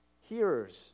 hearers